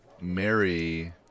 marry